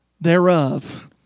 thereof